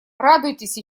радуйтесь